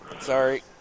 Sorry